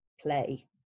play